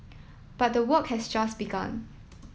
but the work has just begun